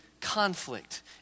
conflict